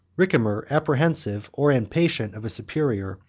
ricimer, apprehensive, or impatient, of a superior,